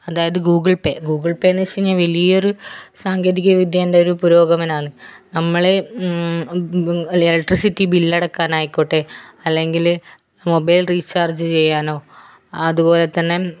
അതായത് Google pay Google പേയെന്നു വെച്ചു കഴിഞ്ഞാൽ വലിയൊരു സാങ്കേതികവിദ്യൻ്റെ ഒരു പുരോഗമനമാന്ന് നമ്മൾ ഇലക്ട്രിസിറ്റി ബില്ലടയ്ക്കാനായിക്കോട്ടെ അല്ലെങ്കിൽ മൊബൈൽ റീചാർജ് ചെയ്യാനോ അതുപോലെതന്നെ